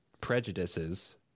prejudices